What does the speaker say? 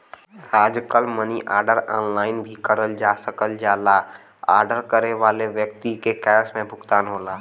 आजकल money order online भी करल जा सकल जाला मनी आर्डर करे वाले व्यक्ति के कैश में भुगतान होला